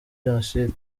jenoside